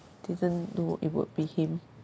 didn't know it would be him